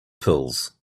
pills